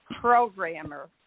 programmer